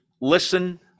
Listen